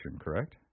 correct